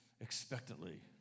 expectantly